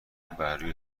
بروی